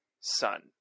son